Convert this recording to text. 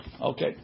Okay